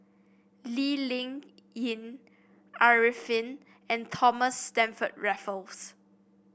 Lee Ling Yen Arifin and Thomas Stamford Raffles